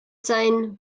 sein